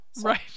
right